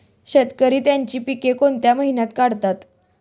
शेतकरी त्यांची पीके कोणत्या महिन्यात काढतात?